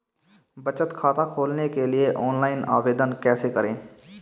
बचत खाता खोलने के लिए ऑनलाइन आवेदन कैसे करें?